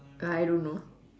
uh I don't know